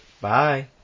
Bye